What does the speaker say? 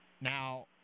Now